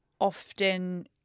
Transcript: often